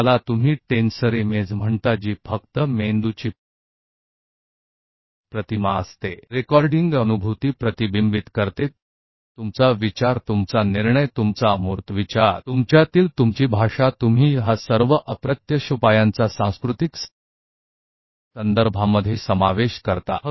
इसे आप टेंसर प्रतिबिंब कहते हैं जो कि केवल छवि है जो मस्तिष्क की रिकॉर्डिंग है अनुभूति को प्रतिबिंबित करती है अनुभूति में आपकी सोच आपका निर्णय आपकी अमूर्त सोच आपके अंदर आपकी भाषा आप इन सभी अप्रत्यक्ष उपायों को सांस्कृतिक संदर्भ को शामिल करते हैं